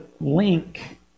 link